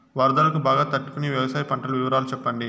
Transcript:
వరదలకు బాగా తట్టు కొనే వ్యవసాయ పంటల వివరాలు చెప్పండి?